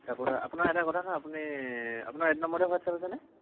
তাৰ পৰা আপোনাৰ এটা কথা নহয় আপুনি আপোনাৰ এইটো নম্বৰতে হোৱাটছএপ আছেনে